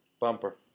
bumper